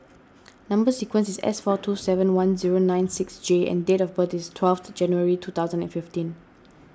Number Sequence is S four two seven one zero nine six J and date of birth is twelfth January two thousand and fifteen